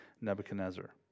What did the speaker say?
Nebuchadnezzar